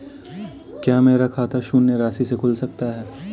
क्या मेरा खाता शून्य राशि से खुल सकता है?